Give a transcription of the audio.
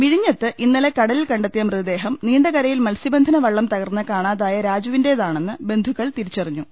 വിഴിഞ്ഞത്ത് ഇന്നലെ കടലിൽ കണ്ടെത്തിയ മൃതദേഹം നീണ്ടകരയിൽ മത്സ്യബന്ധനവള്ളം തകർന്ന് കാണാതായ രാജുവിന്റെതാണെന്ന് ബന്ധുക്കൾ തിരിച്ചറിഞ്ഞു